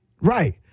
Right